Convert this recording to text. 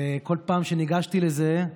וכל פעם שניגשתי לזה,